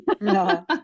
No